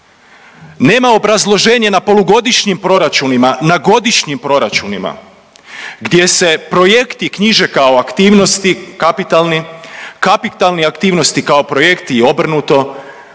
Nema obrazloženja na polugodišnjim proračunima, na godišnjim proračuna gdje se projekti knjiže kao aktivnosti kapitalni, kapitalni aktivnosti kao projekti i obrnuto,